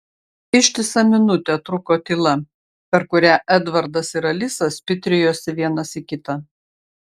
ištisą minutę truko tyla per kurią edvardas ir alisa spitrijosi vienas į kitą